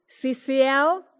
CCL